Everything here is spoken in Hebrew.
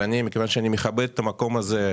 אבל מכיוון שאני מכבד את המקום הזה,